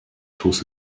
tus